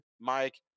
Mike